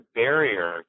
barrier